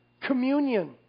Communion